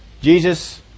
Jesus